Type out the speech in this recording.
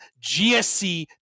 GSC